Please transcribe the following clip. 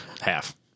Half